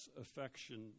affection